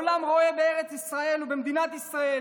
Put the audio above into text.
העולם רואה את ארץ ישראל ומדינת ישראל